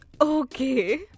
Okay